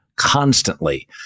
constantly